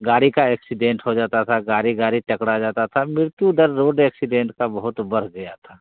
गाड़ी का एक्सीडेन्ट हो जाता था गाड़ी गाड़ी टकरा जाती थी मृत्यु दर रोड एक्सीडेन्ट की बहुत बढ़ गई थी